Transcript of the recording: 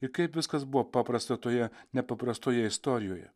ir kaip viskas buvo paprasta toje nepaprastoje istorijoje